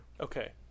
Okay